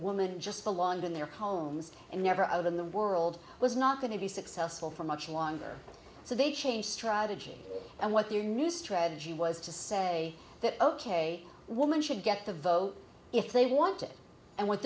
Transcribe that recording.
woman just belonged in their homes and never of in the world was not going to be successful for much longer so they change strategy and what the new strategy was to say that ok woman should get the vote if they want it and what